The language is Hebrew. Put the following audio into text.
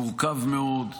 מורכב מאוד,